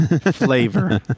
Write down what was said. flavor